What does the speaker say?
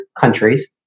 countries